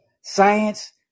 science